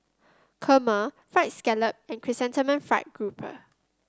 Kurma fried scallop and Chrysanthemum Fried Grouper